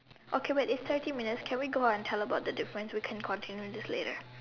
okay wait it's thirty minutes can we go on and tell about the difference we can continue this later